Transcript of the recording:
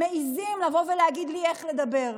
מעיזים, לבוא ולהגיד לי איך לדבר.